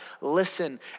listen